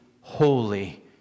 holy